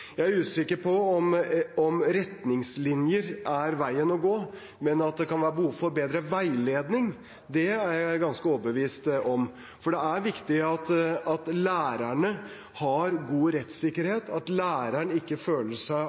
Jeg er usikker på om retningslinjer er veien å gå, men at det kan være behov for bedre veiledning, er jeg ganske overbevist om, for det er viktig at lærerne har god rettssikkerhet, at lærerne ikke føler seg